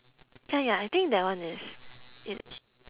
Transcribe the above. ya ya I think that one is